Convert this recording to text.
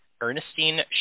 Ernestine